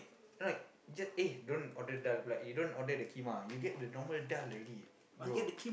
like you just eh don't order daal bruh you don't order the keema you get the normal daal already bro